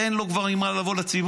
אין לו כבר עם מה לבוא לציבור.